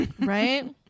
Right